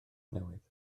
newydd